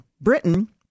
Britain